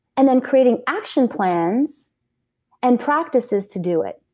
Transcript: and then creating action plans and practices to do it.